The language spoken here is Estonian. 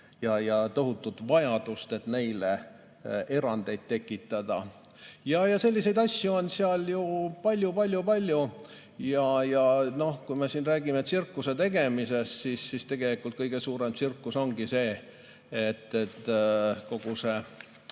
ja tohutut vajadust, et neile erandeid tekitada. Selliseid asju on seal ju palju-palju-palju. Kui me siin räägime tsirkuse tegemisest, siis tegelikult kõige suurem tsirkus ongi see, et kogu see